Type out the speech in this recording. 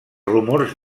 rumors